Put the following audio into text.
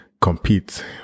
compete